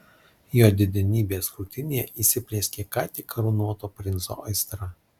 jo didenybės krūtinėje įsiplieskė ką tik karūnuoto princo aistra